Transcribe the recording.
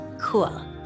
cool